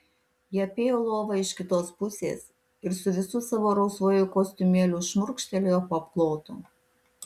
ji apėjo lovą iš kitos pusės ir su visu savo rausvuoju kostiumėliu šmurkštelėjo po apklotu